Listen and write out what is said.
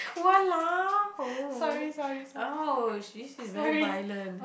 !walao! oh she is very violent